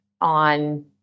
on